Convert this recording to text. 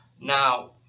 Now